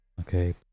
Okay